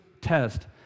test